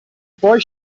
poi